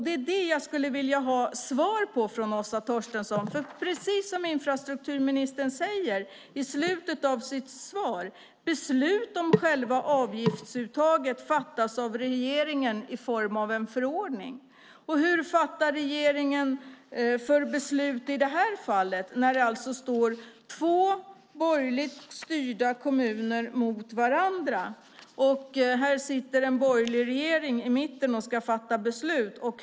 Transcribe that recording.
Det är detta jag skulle vilja ha svar på från Åsa Torstensson, för precis som infrastrukturministern säger i slutet av sitt svar: Beslut om själva avgiftsuttaget fattas av regeringen i form av en förordning. Vad fattar regeringen för beslut i detta fall, när två borgerligt styrda kommuner alltså står mot varandra och en borgerlig regering sitter i mitten och ska fatta beslut?